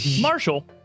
Marshall